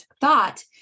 thought